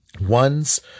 One's